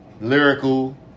Lyrical